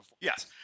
Yes